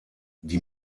die